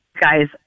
guys